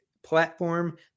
Platform